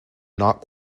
not